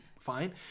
fine